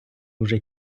уже